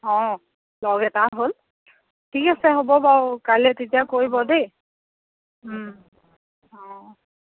অঁ লগ এটা হ'ল ঠিক আছে হ'ব বাৰু কাইলৈ তেতিয়া কৰিব দেই অঁ